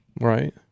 Right